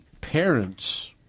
parents